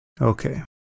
Okay